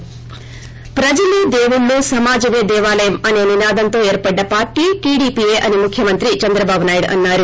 ప్రజలే దేవుళ్లు సమాజమే దేవాలయం అసే నినాదంతో ఏర్పడ్డ పార్టీ టీడీపీయే అని ముఖ్యమంత్రి చంద్రబాబు నాయుడు అన్నారు